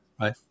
right